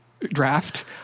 draft